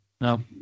No